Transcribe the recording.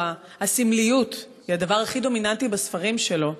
שהסמליות היא הדבר הכי דומיננטי בספרים שלו,